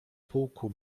pułku